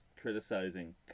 criticizing